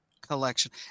collection